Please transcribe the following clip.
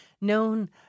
known